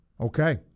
okay